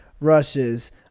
rushes